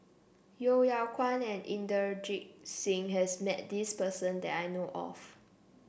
Yeo Yeow Kwang and Inderjit Singh has met this person that I know of